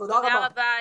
תודה רבה,